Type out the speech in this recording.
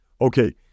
Okay